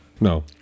No